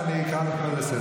חתום על זה.